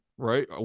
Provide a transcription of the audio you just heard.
Right